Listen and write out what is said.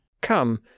Come